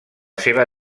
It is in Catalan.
seva